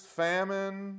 famine